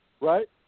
right